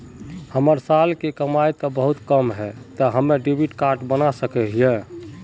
हमर साल के कमाई ते बहुत कम है ते हम डेबिट कार्ड बना सके हिये?